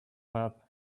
that